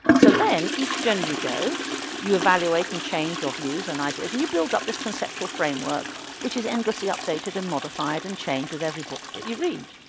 so then each journey you go you evaluate and change your views and ideas and you build up this conceptual framework which is endlessly updated and modified and changed with every book that you read.